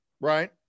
Right